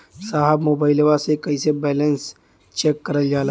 साहब मोबइलवा से कईसे बैलेंस चेक करल जाला?